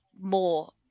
more